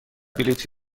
بلیط